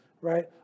right